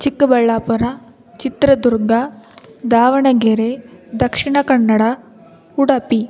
Chikkaballapur Chitradurga Davanagere Dakshina Kannada Udupi